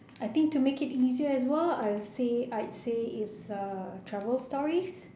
I think to make it easier as well I would say I'd say it's uh travel stories